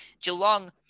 Geelong